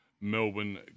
Melbourne